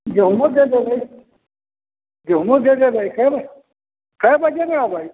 गेहुमो चलि देबैक गेहुमो दए देबै छै ने कए बजे एबए